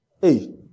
Hey